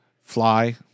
Fly